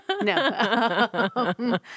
No